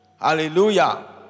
Hallelujah